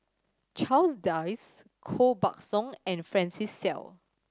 Charles Dyce Koh Buck Song and Francis Seow